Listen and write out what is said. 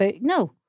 No